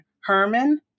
Herman